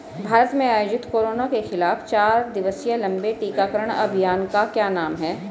भारत में आयोजित कोरोना के खिलाफ चार दिवसीय लंबे टीकाकरण अभियान का क्या नाम है?